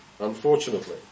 unfortunately